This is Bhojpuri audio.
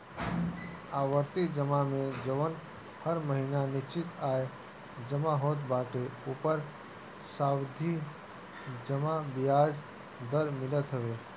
आवर्ती जमा में जवन हर महिना निश्चित आय जमा होत बाटे ओपर सावधि जमा बियाज दर मिलत हवे